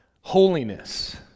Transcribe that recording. holiness